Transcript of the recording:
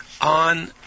on